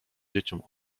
dzieciom